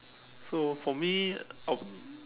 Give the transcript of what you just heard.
so for me I would